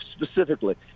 specifically